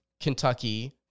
Kentucky